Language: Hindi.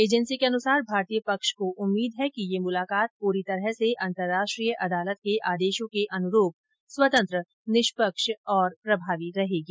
एजेंसी के अनुसार भारतीय पक्ष को उम्मीद है कि यह मुलाकात पूरी तरह से अंतरराष्ट्रीय अदालत के आदेशों के ॅ अनुरूप स्वतंत्र निष्पक्ष और प्रभावी रहेगी